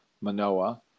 Manoa